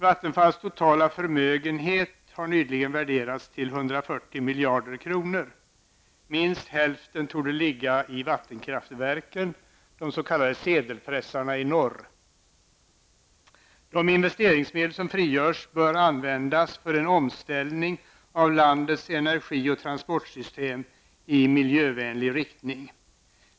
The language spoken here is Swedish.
Vattenfalls totala förmögenhet har nyligen värderats till 140 miljarder kronor. Minst hälften torde ligga i vattenkraftverken, de s.k. sedelpressarna i norr. De investeringsmedel som frigörs bör användas för en omställning av landets energi och transportsystem i miljövänlig riktning.